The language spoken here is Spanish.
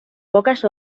pocas